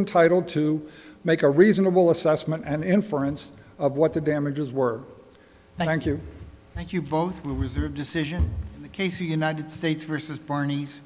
entitled to make a reasonable assessment and inference of what the damages were thank you thank you both with their decision case united states versus barneys